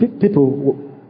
people